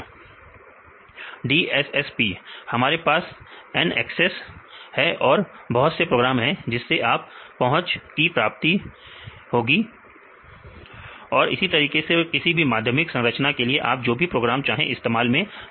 विद्यार्थी DSSP DSSP हमारे पास NACCESS है और बहुत से प्रोग्राम है जिससे आपको पहुंच की प्राप्ति होगी पूर्ण करें इसी तरीके से किसी भी माध्यमिक संरचना के लिए आप जो भी प्रोग्राम चाहे इस्तेमाल में ले सकते हैं